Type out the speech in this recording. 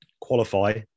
qualify